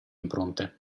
impronte